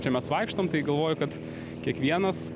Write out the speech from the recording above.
čia mes vaikštom tai galvoju kad kiekvienas